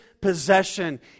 possession